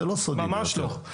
ממש לא.